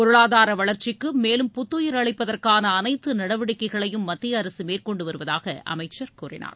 பொருளாதார வளர்ச்சிக்கு மேலும் புத்தயிர் அளிப்பதற்கான அனைத்து நடவடிக்கைகளையும் மத்திய அரசு மேற்கொண்டு வருவதாக அமைச்சர் கூறினார்